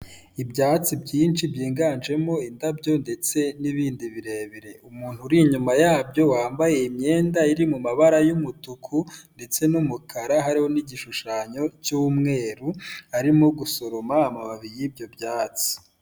Ibyatsi byinshi byiganjemo indabyo ndetse n'ibindi birebire. Umuntu uri inyuma yabyo wambaye imyenda iri mu mabara y'umutuku ndetse n'umukara hariho n'igishushanyo cy'umweru, arimo gusoroma amababi y'ibyo byatsi.